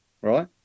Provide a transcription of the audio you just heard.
right